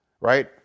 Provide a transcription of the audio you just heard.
right